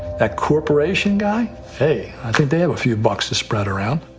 that corporation guy hey, i think they have a few bucks to spread around.